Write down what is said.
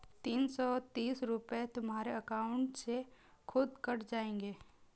तीन सौ तीस रूपए तुम्हारे अकाउंट से खुद कट जाएंगे